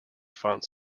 font